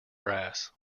brass